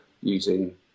using